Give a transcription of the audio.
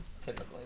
Typically